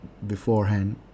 beforehand